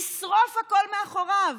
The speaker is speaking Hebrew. ישרוף הכול מאחוריו,